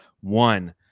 One